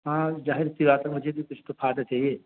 ہاں ظاہر سی بات ہے مجھے بھی کچھ تو فائدہ چاہیے